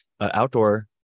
outdoor